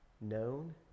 known